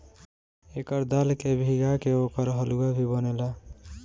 एकर दाल के भीगा के ओकर हलुआ भी बनेला